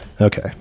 Okay